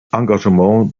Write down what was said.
engagement